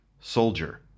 soldier